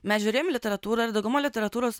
mes žiūrėjom į literatūrą ir dauguma literatūros